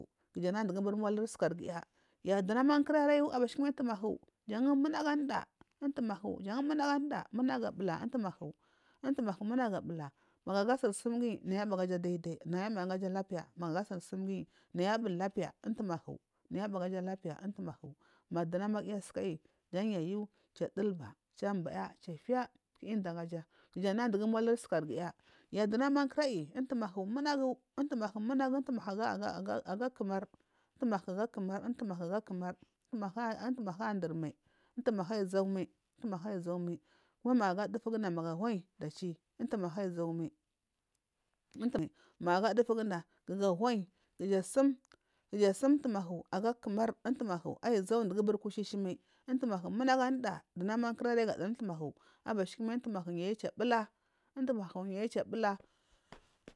Kujana ndugu motir sukar giya ya dunaman kura rayu umtumahu jan munagu anunda umtumahu jan munagu anda jan munagu ga bula umtumahi munagu gabula magu aga su, sum guyu nayi mbu daidai nayi abugaja lapiya du sursun giyi umtumahu nayi bu lapiya umtumahi madunamagiya sukayi jan giyayu cha ndulba char mbaya char fiya kiyu udagaja kujana diugu motiri sukarigiya ya dunaman kurari umtumah munagu umtumahu munagu aga kumar umtamahu aga kumar aga kumar umtumahu aiyi adumai umtumahi aiyi zaumal umthamahu aiyi zaumai ko magu aga duguguda magu huwary dachi umtumahu magu aga dugu guda magu ahumayi kuji sum umtumahu naja aga kumar umtumaku aiyi jaudubari kushishi mai umtuamahu munagu anuda dunana jan kurarayuga dutumtumahu abashikamai yayi umtumahu kiyu aula umtumahi chayu kibula.